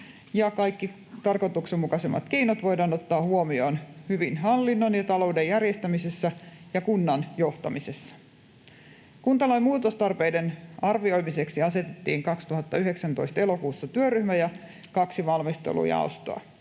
kaikki tarkoituksenmukaisimmat keinot voidaan ottaa huomioon hyvän hallinnon ja talouden järjestämisessä ja kunnan johtamisessa. Kuntalain muutostarpeiden arvioimiseksi asetettiin elokuussa 2019 työryhmä ja kaksi valmistelujaostoa.